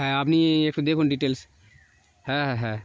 হ্যাঁ আপনি একটু দেখুন ডিটেলস হ্যাঁ হ্যাঁ হ্যাঁ